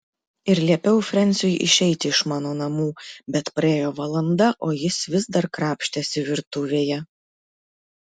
ir liepiau frensiui išeiti iš mano namų bet praėjo valanda o jis vis dar krapštėsi virtuvėje